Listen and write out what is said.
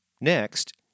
Next